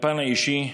מהפן האישי,